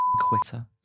quitter